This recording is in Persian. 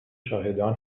شاهدان